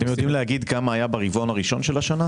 אתם יודעים להגיד כמה התחלות בנייה היו ברבעון הראשון של השנה,